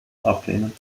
ablehnen